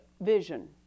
vision